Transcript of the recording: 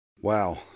Wow